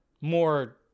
more